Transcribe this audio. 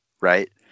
Right